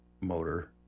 motor